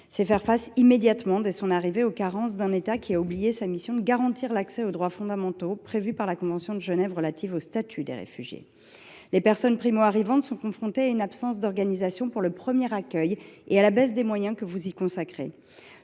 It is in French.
C’est faire face immédiatement, dès son arrivée, aux carences d’un État qui a oublié sa mission consistant à garantir l’accès aux droits fondamentaux prévus par la convention de Genève relative au statut des réfugiés. Les personnes primo arrivantes sont confrontées à une absence d’organisation pour le premier accueil et à la baisse des moyens que vous y consacrez.